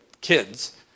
kids